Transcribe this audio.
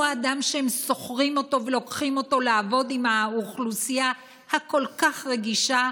האדם שהם שוכרים ולוקחים לעבוד עם האוכלוסייה הכל-כך רגישה,